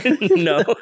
No